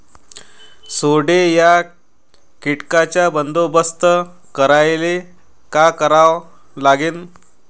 सोंडे या कीटकांचा बंदोबस्त करायले का करावं लागीन?